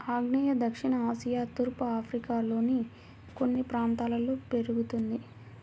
ఆగ్నేయ దక్షిణ ఆసియా తూర్పు ఆఫ్రికాలోని కొన్ని ప్రాంతాల్లో పెరుగుతుంది